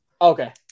Okay